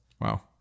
Wow